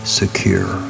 secure